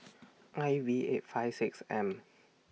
I V eight five six M